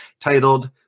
titled